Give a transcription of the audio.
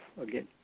again